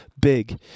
big